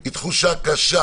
היא תחושה קשה